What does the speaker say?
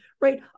right